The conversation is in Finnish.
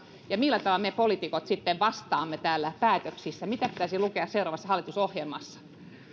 ja millä tavalla me poliitikot sitten vastaamme täällä päätöksissä eli mitä pitäisi lukea seuraavassa hallitusohjelmassa